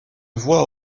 voix